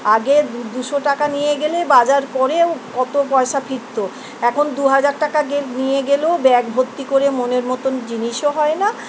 আগে দু দুশো টাকা নিয়ে গেলেই বাজার করেও কত পয়সা ফিরত এখন দু হাজার টাকা গে নিয়ে গেলেও ব্যাগ ভর্তি করে মনের মতন জিনিসও হয় না